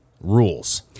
rules